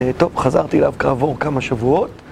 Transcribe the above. טוב, חזרתי אליו כעבור כמה שבועות